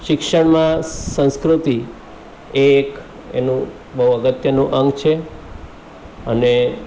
શિક્ષણમાં સંસ્કૃતિ એ એક એનું બહુ અગત્યનું અંગ છે અને